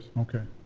okay.